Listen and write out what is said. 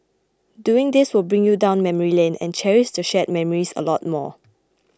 doing this will bring you down memory lane and cherish the shared memories a lot more